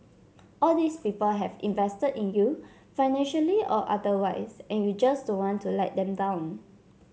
all these people have invested in you financially or otherwise and you just don't want to let them down